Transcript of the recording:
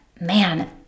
man